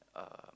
uh